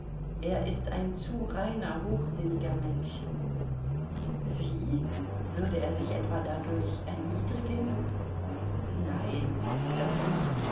er ist ein zu reiner hochsinniger mensch wie würde er sich etwa dadurch erniedrigen nein das nicht